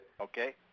Okay